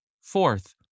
Fourth